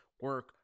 work